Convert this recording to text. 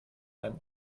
beim